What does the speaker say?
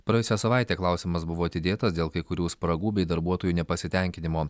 praėjusią savaitę klausimas buvo atidėtas dėl kai kurių spragų bei darbuotojų nepasitenkinimo